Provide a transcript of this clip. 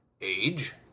age